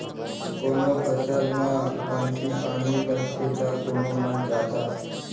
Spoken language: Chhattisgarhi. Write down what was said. कोनो फसल म कमती पानी लगथे त कोनो म जादा